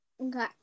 Okay